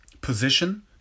position